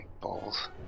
balls